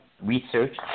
research